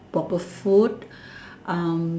proper food